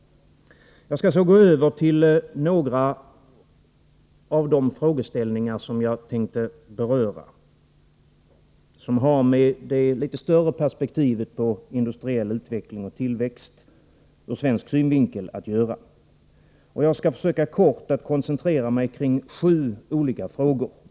Jag skall så gå över till några av de frågeställningar som jag tänkte beröra. De har med det litet större perspektivet på industriell utveckling och tillväxt ur svensk synvinkel att göra. Jag skall försöka att koncentrera mig kring sju olika frågor.